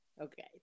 Okay